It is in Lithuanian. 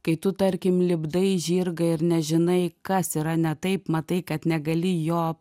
kai tu tarkim lipdai žirgą ir nežinai kas yra ne taip matai kad negali jo